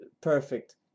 perfect